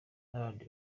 n’abandi